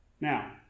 Now